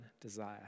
desire